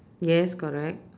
yes correct